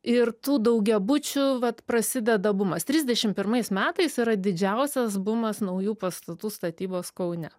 ir tų daugiabučių vat prasideda bumas trisdešim pirmais metais yra didžiausias bumas naujų pastatų statybos kaune